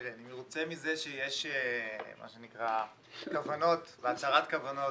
אני מרוצה מזה שיש מה שנקרא כוונות והצהרת כוונות